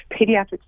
pediatric